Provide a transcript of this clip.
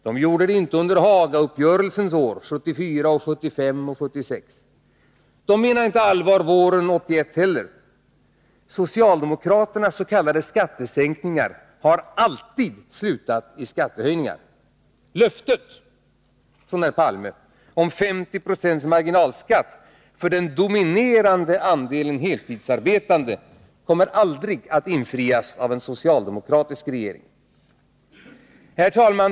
Det gjorde de inte under Hagapolitikens år 1974, 1975 och 1976. Det gjorde de inte heller våren 1981. Socialdemokraternas s.k. skattesänkningar har alltid slutat i skattehöjningar. Löftet från herr Palme om 50 90 marginalskatt för den dominerande andelen heltidsarbetande kommer aldrig att infrias av en socialdemokratisk regering. Herr talman!